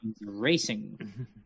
Racing